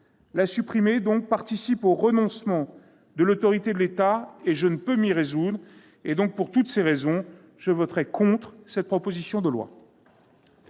l'usage des LBD participe donc au renoncement de l'autorité de l'État, et je ne peux m'y résoudre. Pour toutes ces raisons, je voterai contre cette proposition de loi.